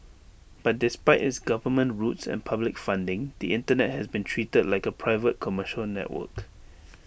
but despite its government roots and public funding the Internet has been treated like A private commercial network